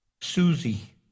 Susie